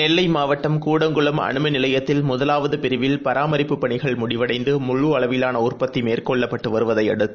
நெல்லைமாவட்டம் கூடங்குளம் அனுமின் நிலையத்தில் முதலாவதுபிரிவில் பராமரிப்புப் பணிகள் முடிவடைந்துமுழுஅளவிலானஉற்பத்திமேற்கொள்ளப்பட்டுவருவதைஅடுத்து